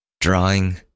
drawing